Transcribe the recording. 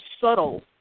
subtle